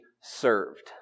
served